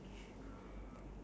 okay next